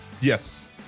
yes